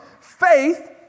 Faith